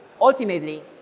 ultimately